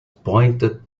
appointed